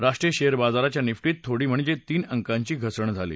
राष्ट्रीय शेअर बाजाराच्या निफ्टीत थोडी म्हणजे तीन अंकांची घसरण झाली